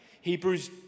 Hebrews